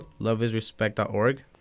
loveisrespect.org